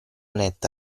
netta